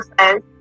says